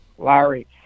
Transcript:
Larry